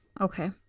Okay